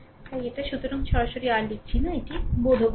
তাই এটা সুতরাং সরাসরি আবার লিখছি না এটি বোধগম্য